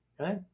Okay